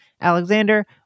alexander